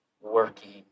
working